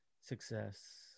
success